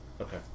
Okay